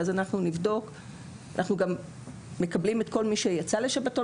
אנחנו גם מקבלים את כל מי שיצא לשבתון